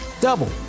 Double